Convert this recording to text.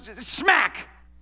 smack